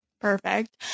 Perfect